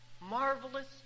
marvelous